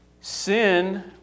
Sin